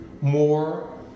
More